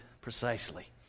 precisely